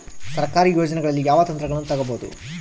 ಸರ್ಕಾರಿ ಯೋಜನೆಗಳಲ್ಲಿ ಯಾವ ಯಂತ್ರಗಳನ್ನ ತಗಬಹುದು?